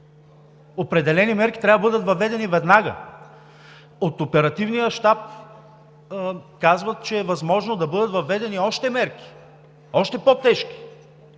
Определени мерки трябва да бъдат въведени веднага. От Оперативния щаб казват, че е възможно да бъдат въведени още мерки, още по-тежки